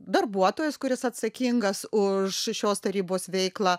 darbuotojas kuris atsakingas už šios tarybos veiklą